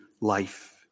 life